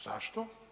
Zašto?